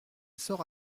sort